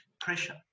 pressure